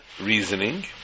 reasoning